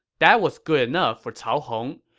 that was good enough for cao hong.